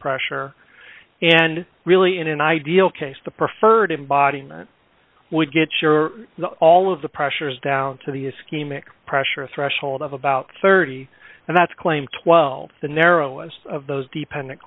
pressure and really in an ideal case the preferred embodiment would get sure all of the pressure is down to the ischemic pressure threshold of about thirty and that's claimed twelve the narrowest of those dependent